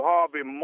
Harvey